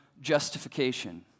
justification